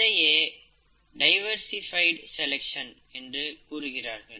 இதையே diversified selection என்று கூறுகிறார்கள்